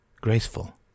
graceful